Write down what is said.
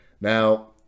Now